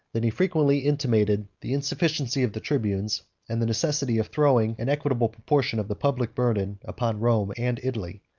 than he frequently intimated the insufficiency of the tributes, and the necessity of throwing an equitable proportion of the public burden upon rome and italy.